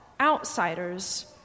outsiders